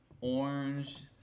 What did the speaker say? orange